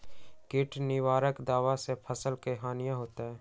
किट निवारक दावा से फसल के हानियों होतै?